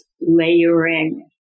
layering